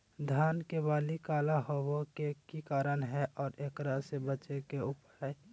धान के बाली काला होवे के की कारण है और एकरा से बचे के उपाय?